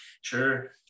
sure